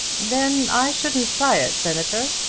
then i shouldn't try it, senator.